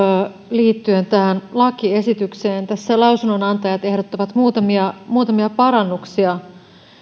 liittyen tähän lakiesitykseen tässä lausunnonantajat ehdottavat muutamia muutamia parannuksia